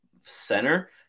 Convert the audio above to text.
center